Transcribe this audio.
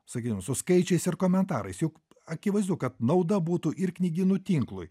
sakykim su skaičiais ir komentarais juk akivaizdu kad nauda būtų ir knygynų tinklui